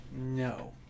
No